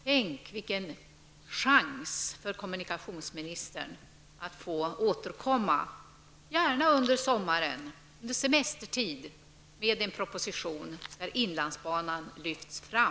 Tänk vilken chans för kommunikationsministern att få återkomma, gärna under sommaren, under semestertid, med en proposition där inlandsbanan lyfts fram!